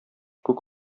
күк